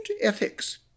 ethics